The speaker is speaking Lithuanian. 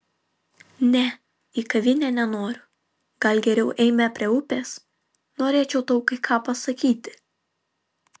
ne į kavinę nenoriu gal geriau eime prie upės norėčiau tau kai ką pasakyti